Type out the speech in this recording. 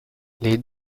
les